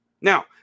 Now